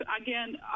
again